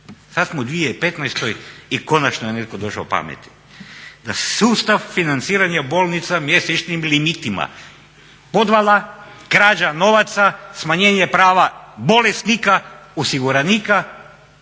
Sad smo u 2015. i konačno je netko došao pameti da sustav financiranja bolnica mjesečnim limitima podvala, krađa novaca, smanjenje prava bolesnika osiguranika